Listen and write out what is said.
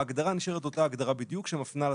ההגדרה נשארת אותה ההגדרה בדיוק, שמפנה לתקנות.